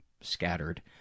scattered